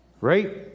Right